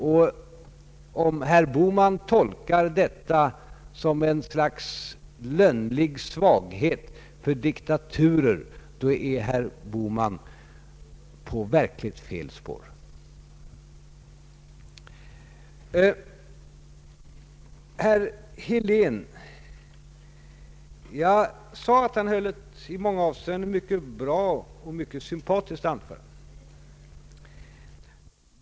Om herr Bohman tolkar detta som ett slags lönnlig svaghet för diktaturer är han verkligen inne på fel spår. Jag sade att herr Helén höll ett i många avseenden mycket bra och mycket sympatiskt anförande.